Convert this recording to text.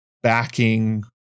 Backing